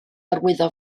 arwyddo